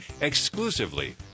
exclusively